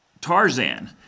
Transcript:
Tarzan